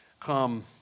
come